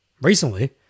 recently